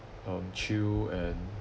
um chill and